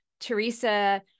teresa